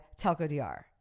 telcodr